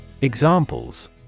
Examples